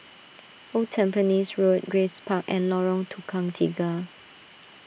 Old Tampines Road Grace Park and Lorong Tukang Tiga